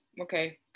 okay